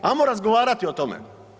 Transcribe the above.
Ajmo razgovarati o tome.